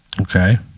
Okay